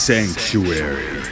Sanctuary